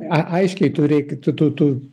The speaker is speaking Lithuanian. a aiškiai turėkit tu tu